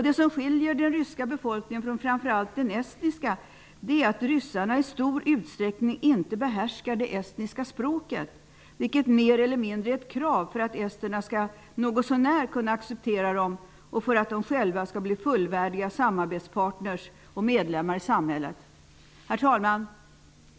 Det som skiljer den ryska befolkningen från framför allt den estniska är att ryssarna i stor utsträckning inte behärskar det estniska språket, vilket mer eller mindre är ett krav för att esterna skall någotsånär kunna acceptera dem och för att de själva skall bli fullvärdiga samarbetspartner och medlemmar i samhället. Herr talman!